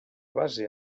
base